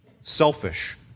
selfish